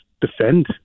defend